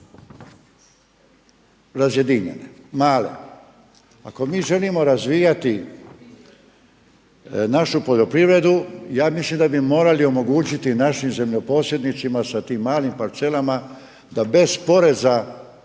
razjedinjene, male. Ako mi želimo razvijati našu poljoprivredu, ja mislim da bi morali omogućiti našim zemljoposjednicima sa tim malim parcelama da bez poreza